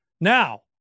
Now